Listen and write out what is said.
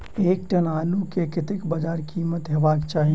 एक टन आलु केँ कतेक बजार कीमत हेबाक चाहि?